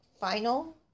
final